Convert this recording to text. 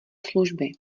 služby